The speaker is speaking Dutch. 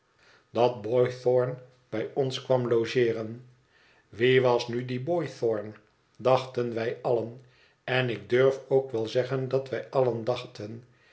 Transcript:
dat boythorn bij ons kwam logeeren wie was nu die boythorn dachten wij allen en ik durf ook wel zeggen dat wij allen dachten